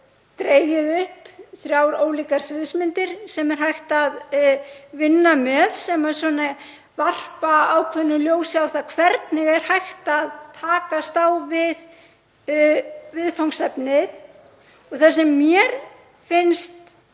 dregið upp þrjár ólíkar sviðsmyndir sem er hægt að vinna með sem varpa ákveðnu ljósi á það hvernig er hægt að takast á við viðfangsefnið. Það sem mér finnst